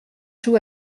joue